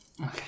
Okay